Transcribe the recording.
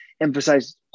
emphasize